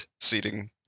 seating